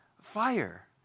fire